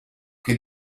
che